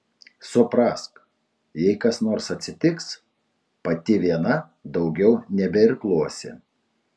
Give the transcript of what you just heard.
suprask jei kas nors atsitiks pati viena daugiau nebeirkluosi